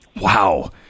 Wow